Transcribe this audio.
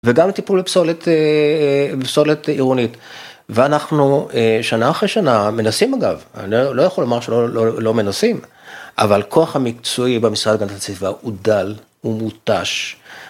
וגם טיפול פסולת עירונית, ואנחנו שנה אחרי שנה מנסים אגב, אני לא יכול לומר שלא מנסים, אבל הכוח המקצועי במשרד להגנת הסביבה הוא דל, הוא מותש.